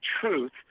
truth